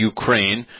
Ukraine